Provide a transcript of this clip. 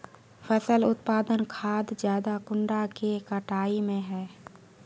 फसल उत्पादन खाद ज्यादा कुंडा के कटाई में है?